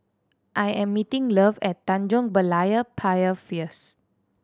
I am meeting Love at Tanjong Berlayer Pier